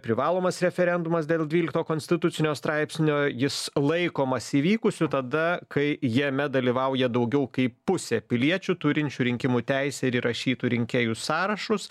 privalomas referendumas dėl dvylikto konstitucinio straipsnio jis laikomas įvykusiu tada kai jame dalyvauja daugiau kaip pusė piliečių turinčių rinkimų teisę ir įrašytų rinkėjų sąrašus